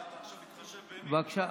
מה, אתה עכשיו מתחשב, בבקשה,